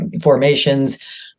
formations